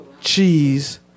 cheese